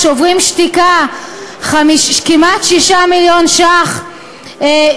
דוגמה: "שוברים שתיקה" כמעט 6 מיליון שקלים,